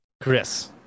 Chris